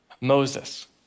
Moses